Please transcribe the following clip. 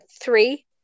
three